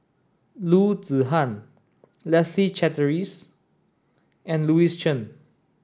Loo Zihan Leslie Charteris and Louis Chen